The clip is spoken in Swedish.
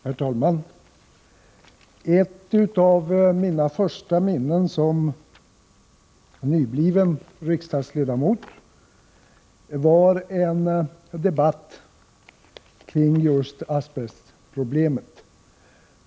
Herr talman! Ett av mina första minnen som nybliven riksdagsledamot är en debatt kring just asbestproblemet.